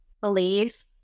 believe